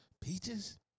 Peaches